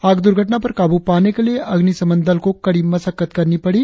आग दुर्घटना पर काबू पाने के लिए अग्निशमन दल को कड़ी मसक्कत करनी पड़ी